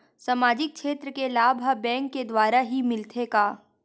सामाजिक क्षेत्र के लाभ हा बैंक के द्वारा ही मिलथे का?